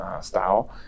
style